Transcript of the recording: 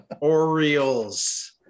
Orioles